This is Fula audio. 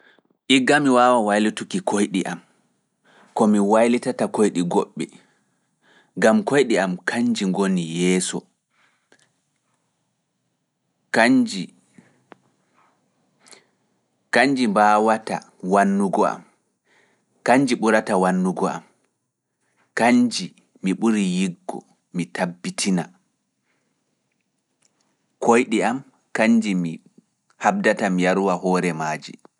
Igga mi waawa waylituki koyɗi am, ko mi waylitata koyɗi goɗɗi, ngam koyɗi am kanji ngoni yeeso. Kanji mbaawata wannugo am, kanji ɓurata wannugo am, kanji mi ɓuri yiggo, mi tabbitina, koyɗi am kanji mi habdata mi yarowa hoore maaji.